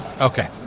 Okay